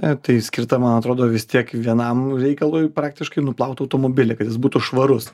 tai skirta man atrodo vis tiek vienam reikalui praktiškai nuplaut automobilį kad jis būtų švarus